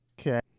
Okay